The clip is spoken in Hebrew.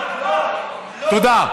תודה.